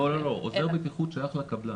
לא, עוזר בטיחות שייך לקבלן.